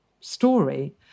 story